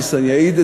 ניסן יעיד,